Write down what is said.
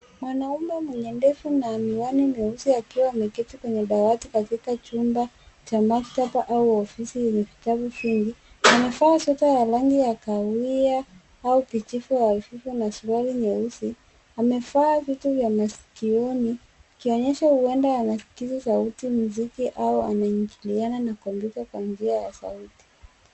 Mwanaume mwenye ndevu na miwani meusi akiwa ameketi kwenye dawati katika chumba cha maktaba au ofisi yenye vitabu vingi. Amevaa sweta ya rangi ya kahawia au kijivu afifu na suruali nyeusi. Amevaa vitu vya masikioni ikionyesha uenda anaskiza sauti mziki au anaigiliana na kompyuta kwa njia ya sauti.